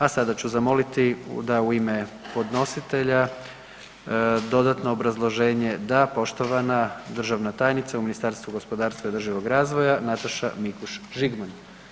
A sada ću zamoliti da u ime podnositelja dodatno obrazloženje da poštovana državna tajnica u Ministarstvu gospodarstva i održivog razvoja Nataša Mikuš Žigman.